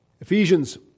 Ephesians